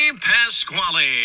Pasquale